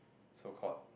so called